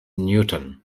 newton